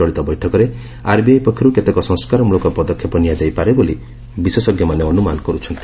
ଚଳିତ ବୈଠକରେ ଆର୍ବିଆଇ ପକ୍ଷରୁ କେତେକ ସଂସ୍କାରମ୍ଭଳକ ପଦକ୍ଷେପ ନିଆଯାଇପାରେ ବୋଲି ବିଶେଷଜ୍ଞମାନେ ଅନୁମାନ କର୍ ଛନ୍ତି